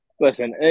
listen